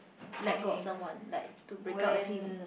let go of someone like to break up with him